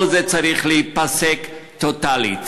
כל זה צריך להיפסק טוטלית.